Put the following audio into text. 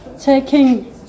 taking